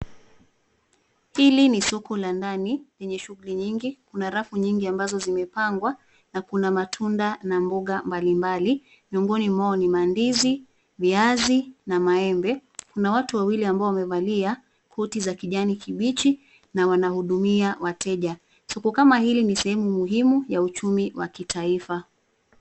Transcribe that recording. Hili ni soko la ndani lenye shughuli mingi. Kuna rafu nyingi ambazo zimepangwa na kuna matunda na mboga mbalimbali. Miongoni mwao ni mandizi viazi na maembe kuna watu wawili ambao wamevalia koti za kijani kibichi na wanahudumia wateja. Soko kama hili ni sehemu muhimu wa uchumi wa kitaifa.